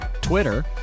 Twitter